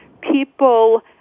people